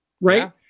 right